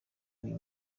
uyu